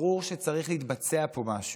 ברור שצריך להתבצע פה משהו,